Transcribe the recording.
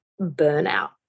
burnout